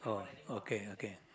okay okay